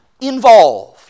involved